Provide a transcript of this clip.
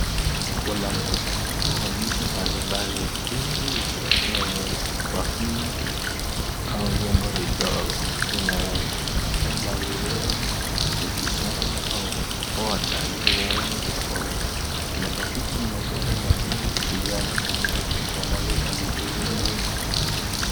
Kuna mkusanyiko wa vitu mbalimbali vingi vikiwa kwenye bakuli au vyombo vidogo, vinaonekana kama viungo, miti shamba au poda zenye rangi tofauti, kuna bakuli zenye poda nyekundu, kijani na nyeupe pamoja na vitu vingine.